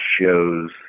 shows